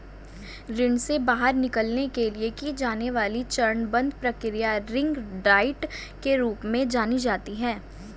ऋण से बाहर निकलने के लिए की जाने वाली चरणबद्ध प्रक्रिया रिंग डाइट के रूप में जानी जाती है